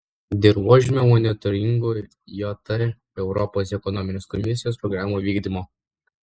dirvožemių monitoringo jt europos ekonominės komisijos programų vykdymo